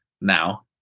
now